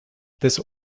this